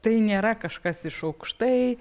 tai nėra kažkas iš aukštai